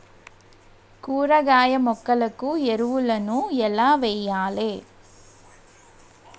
కూరగాయ మొక్కలకు ఎరువులను ఎలా వెయ్యాలే?